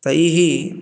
तैः